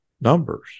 numbers